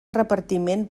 repartiment